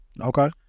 Okay